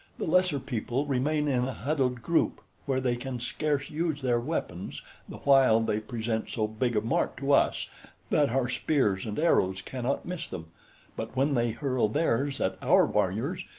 the lesser people remain in a huddled group where they can scarce use their weapons the while they present so big a mark to us that our spears and arrows cannot miss them but when they hurl theirs at our warriors,